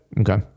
okay